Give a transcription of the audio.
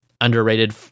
underrated